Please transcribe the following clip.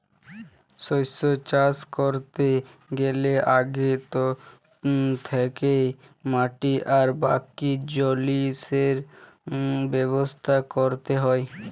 শস্য চাষ ক্যরতে গ্যালে আগে থ্যাকেই মাটি আর বাকি জিলিসের ব্যবস্থা ক্যরতে হ্যয়